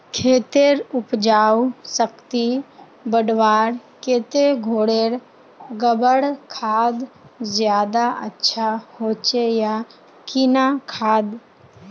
खेतेर उपजाऊ शक्ति बढ़वार केते घोरेर गबर खाद ज्यादा अच्छा होचे या किना खाद?